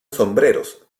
sombreros